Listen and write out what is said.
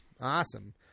Awesome